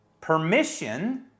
permission